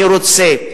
אני רוצה,